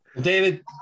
David